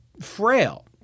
frail